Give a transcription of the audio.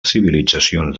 civilitzacions